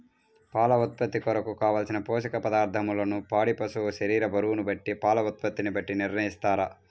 పాల ఉత్పత్తి కొరకు, కావలసిన పోషక పదార్ధములను పాడి పశువు శరీర బరువును బట్టి పాల ఉత్పత్తిని బట్టి నిర్ణయిస్తారా?